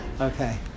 Okay